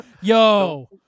Yo